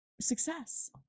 success